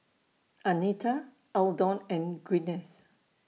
Anita Eldon and Gwyneth